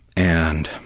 and